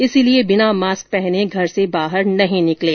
इसलिए बिना मास्क पहने घर से बाहर नहीं निकलें